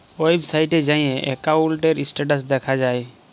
ওয়েবসাইটে যাঁয়ে একাউল্টের ইস্ট্যাটাস দ্যাখা যায়